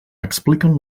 expliquen